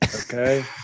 Okay